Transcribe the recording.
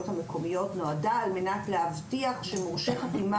המקומיות נועדה על מנת להבטיח שמורשה חתימה,